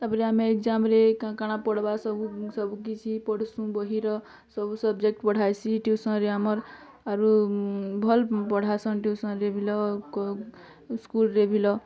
ତାପରେ ଆମେ ଏକ୍ସାମ୍ରେ କାଣା କାଣା ପଢ଼୍ବା ସବୁ ସବୁକିଛି ପଢ଼୍ସୁଁ ବହିର ସବଜେକ୍ଟ୍ ପଢ଼ାଏସି ଟିଉସନ୍ରେ ଆମର୍ ଆରୁ ଭଲ୍ ପଢ଼ାସନ୍ ଟିଉସନ୍ରେ ଭିଲ ସ୍କୁଲ୍ରେ ଭିଲ